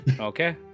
Okay